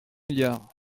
milliards